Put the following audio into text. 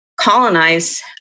colonize